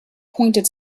pointed